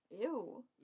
Ew